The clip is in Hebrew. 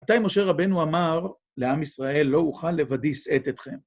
‫מתי משה רבנו אמר ‫לעם ישראל, לא אוכל לבדי שאת אתכם?